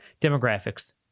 demographics